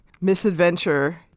misadventure